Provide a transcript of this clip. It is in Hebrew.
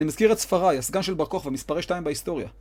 אני מזכיר את ספריי, הסגן של בר-כוך, ומספרי שתיים בהיסטוריה.